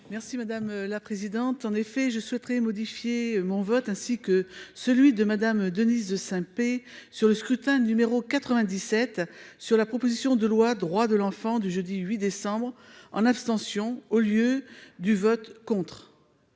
Merci madame la présidente. En effet je souhaiterais modifié mon vote, ainsi que celui de Madame, Denise Saint-Pé sur le scrutin numéro 97 sur la proposition de loi, droits de l'enfant du jeudi 8 décembre en abstention au lieu du vote contre.--